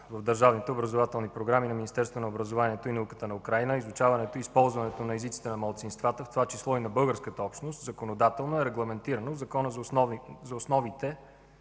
в държавните образователни програми на Министерството на образованието и науката на Украйна. Изучаването и използването на езиците на малцинствата, в това число и на българската общност, законодателно е регламентирано в Закона за основите